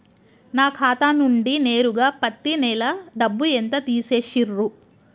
నా ఖాతా నుండి నేరుగా పత్తి నెల డబ్బు ఎంత తీసేశిర్రు?